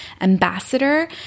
ambassador